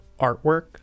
artwork